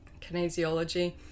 kinesiology